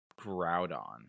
Groudon